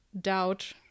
doubt